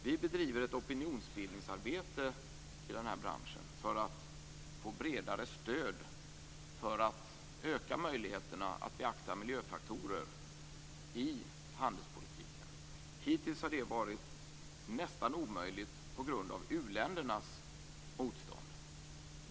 Vi bedriver ett opinionsbildningsarbete i den här branschen för att få bredare stöd för att öka möjligheterna att beakta miljöfaktorer i handelspolitiken. Hittills har det varit nästan omöjligt på grund av uländernas motstånd.